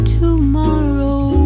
tomorrow